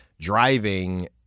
driving